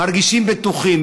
מרגישים בטוחים.